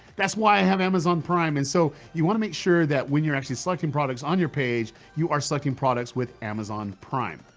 that's why i have amazon prime, and so, you wanna make sure that when you're actually selecting products on your page, you are selecting products with amazon prime.